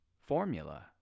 formula